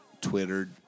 Twittered